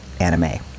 anime